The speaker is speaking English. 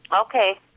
Okay